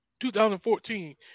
2014